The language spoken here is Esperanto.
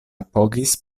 apogis